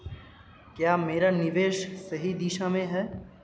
क्या मेरा निवेश सही दिशा में है?